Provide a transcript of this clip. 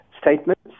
statements